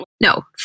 No